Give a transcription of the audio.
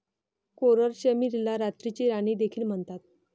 coral चमेलीला रात्रीची राणी देखील म्हणतात